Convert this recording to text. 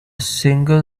single